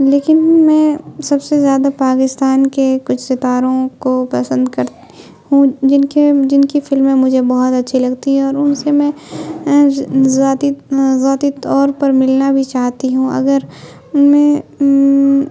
لیکن میں سب سے زیادہ پاکستان کے کچھ ستاروں کو پسند کر ہوں جن کے جن کی فلمیں مجھے بہت اچھی لگتی ہے اور ان سے میں ذاتی ذاتی طور پر ملنا بھی چاہتی ہوں اگر میں